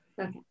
Okay